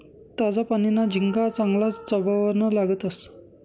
ताजा पानीना झिंगा चांगलाज चवबन लागतंस